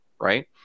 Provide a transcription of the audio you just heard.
Right